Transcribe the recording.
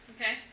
Okay